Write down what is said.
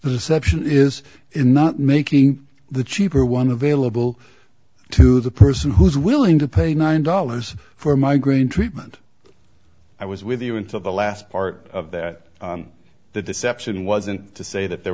deception is in not making the cheaper one available to the person who's willing to pay nine dollars for migraine treatment i was with you until the last part of that the deception wasn't to say that there